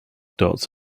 dots